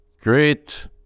great